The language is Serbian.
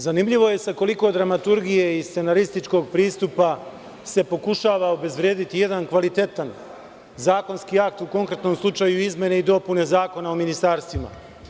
Zanimljivo je sa koliko dramaturgije i scenarističkog pristupa se pokušava obezvrediti jedan kvalitetan zakonski akt, u konkretnom slučaju izmene i dopune Zakona o ministarstvima.